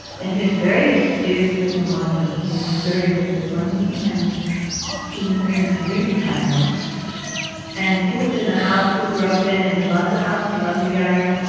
and, he was very astute with money. he was very good with money and he earned three retirements and he lived in the house we grew up in and he loved the house. he loved the yard,